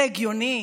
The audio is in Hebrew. זה הגיוני?